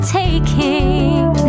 taking